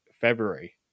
February